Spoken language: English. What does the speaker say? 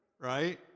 Right